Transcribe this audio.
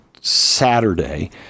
Saturday